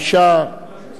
באמת,